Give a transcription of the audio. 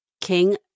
King